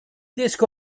disco